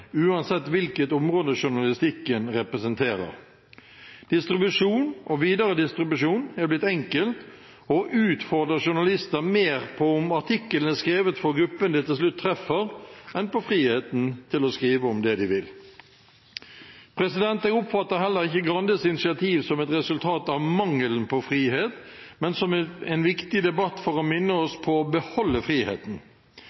uansett hvilket område journalistikken representerer. Distribusjon, og videredistribusjon, er blitt enkelt og utfordrer journalister mer på om artikkelen er skrevet for gruppen det til slutt treffer, enn på friheten til å skrive om det de vil. Jeg oppfatter heller ikke Grandes initiativ som et resultat av mangelen på frihet, men som en viktig debatt for å minne oss på å beholde friheten.